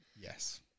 Yes